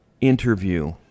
interview